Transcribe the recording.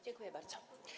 Dziękuję bardzo.